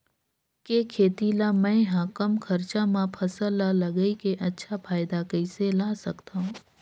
के खेती ला मै ह कम खरचा मा फसल ला लगई के अच्छा फायदा कइसे ला सकथव?